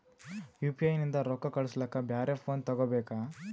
UPI ನಿಂದ ರೊಕ್ಕ ಕಳಸ್ಲಕ ಬ್ಯಾರೆ ಫೋನ ತೋಗೊಬೇಕ?